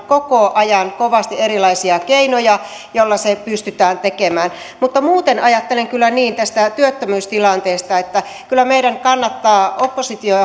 koko ajan kovasti erilaisia keinoja joilla se pystytään tekemään mutta muuten ajattelen tästä työttömyystilanteesta niin että kyllä meidän kannattaa opposition